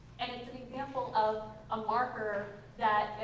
and it's an example of a marker that,